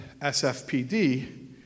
SFPD